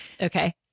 Okay